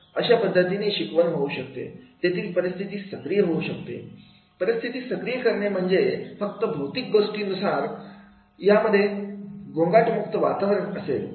अशा पद्धतीने शिकवण होऊ शकते तेथील परिस्थिती सक्रिय होऊ शकते परिस्थिती सक्रिय करणे म्हणजे फक्त भौतिक गोष्टी नसून यामध्ये गोंगाट मुक्त वातावरण असेल